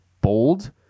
bold